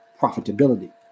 profitability